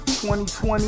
2020